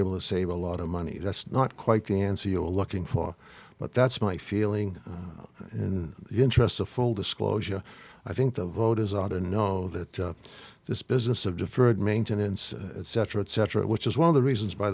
able to save a lot of money that's not quite the n c o looking for but that's my feeling in the interest of full disclosure i think the voters ought to know that this business of deferred maintenance etc etc which is one of the reasons by